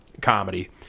comedy